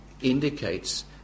indicates